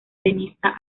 tenista